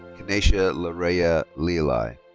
kenasia larayah lealie.